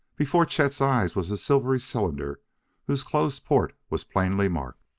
before chet's eyes was a silvery cylinder whose closed port was plainly marked.